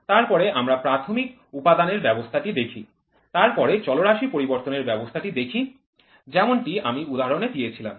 তারপরে আমরা প্রাথমিক উপাদান এর ব্যবস্থাটি দেখি তারপরে চলরাশি পরিবর্তনের ব্যবস্থাটি দেখি যেমনটি আমি উদাহরণে দিয়েছিলাম